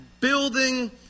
building